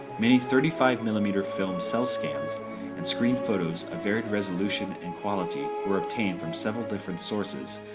many thirty five mm film you know film cell scans and screen photos of varied resolution and quality were obtained from several different sources,